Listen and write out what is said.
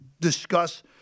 discuss